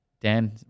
dan